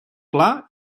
pla